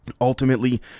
ultimately